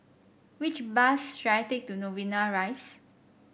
which bus should I take to Novena Rise